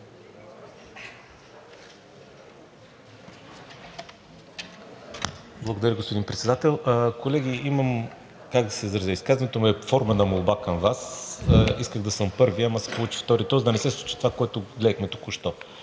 Благодаря, господин Председател. Колеги, как да се изразя, изказването ми е форма на молба към Вас – исках да съм първи, но се получи втори, тоест да не се случи това, което гледахме току-що.